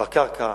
בקרקע,